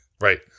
Right